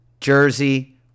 jersey